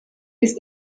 ist